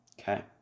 Okay